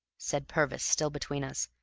said purvis, still between us.